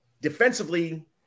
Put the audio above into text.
Defensively